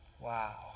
Wow